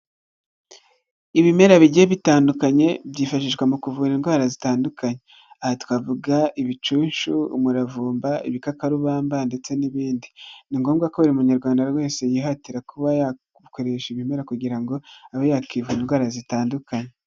Ibimera bigiye bitandukanye byifashishwa mu kuvura indwara zitandukanye. Aha twavuga; ibicunshu, umuravumba, ibikakarubamba ndetse n'ibindi. Ni ngombwa ko buri munyarwanda wese yihatira kuba yakoresha ibimera kugira ngo abe yakivura indwara zitandukanye.